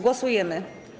Głosujemy.